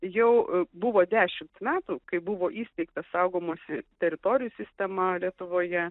jau buvo dešimt metų kai buvo įsteigta saugomos teritorijos sistema lietuvoje